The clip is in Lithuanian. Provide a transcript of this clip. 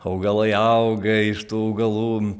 augalai auga iš tų augalų